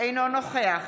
אינו נוכח